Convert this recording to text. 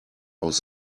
aus